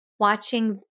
Watching